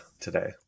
today